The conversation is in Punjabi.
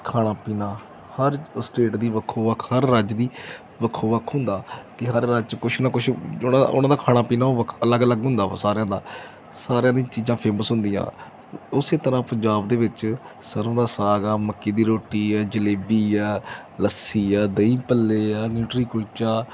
ਖਾਣਾ ਪੀਣਾ ਹਰ ਸਟੇਟ ਦੀ ਵੱਖੋ ਵੱਖ ਹਰ ਰਾਜ ਦੀ ਵੱਖੋ ਵੱਖ ਹੁੰਦਾ ਕਿ ਹਰ ਰਾਜ 'ਚ ਕੁਛ ਨਾ ਕੁਛ ਜਿਹੜਾ ਉਹਨਾਂ ਦਾ ਖਾਣਾ ਪੀਣਾ ਉਹ ਵੱਖ ਅਲੱਗ ਅਲੱਗ ਹੁੰਦਾ ਵਾ ਸਾਰਿਆਂ ਦਾ ਸਾਰਿਆਂ ਦੀ ਚੀਜ਼ਾਂ ਫੇਮਸ ਹੁੰਦੀਆਂ ਉਸ ਤਰ੍ਹਾਂ ਪੰਜਾਬ ਦੇ ਵਿੱਚ ਸਰੋਂ ਦਾ ਸਾਗ ਆ ਮੱਕੀ ਦੀ ਰੋਟੀ ਹੈ ਜਲੇਬੀ ਆ ਲੱਸੀ ਆ ਦਹੀਂ ਭੱਲੇ ਆ ਨਿਊਟਰੀ ਕੁਲਚਾ